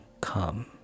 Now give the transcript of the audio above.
come